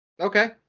Okay